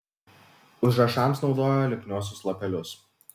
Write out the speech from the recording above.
užrašams naudojo lipniuosius lapelius